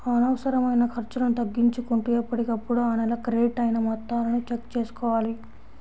అనవసరమైన ఖర్చులను తగ్గించుకుంటూ ఎప్పటికప్పుడు ఆ నెల క్రెడిట్ అయిన మొత్తాలను చెక్ చేసుకోవాలి